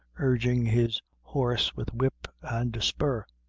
urging his horse with whip and spur.